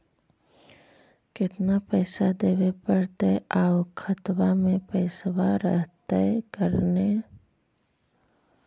केतना पैसा देबे पड़तै आउ खातबा में पैसबा रहतै करने?